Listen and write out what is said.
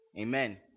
Amen